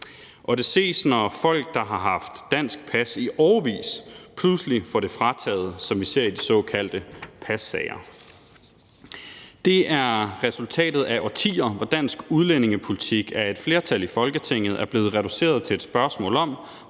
Og det ses, når folk, der har haft dansk pas i årevis, pludselig får det frataget, som vi ser i de såkaldte passager. Det er resultatet af årtier, hvor dansk udlændingepolitik af et flertal i Folketinget er blevet reduceret til et spørgsmål om,